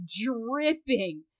dripping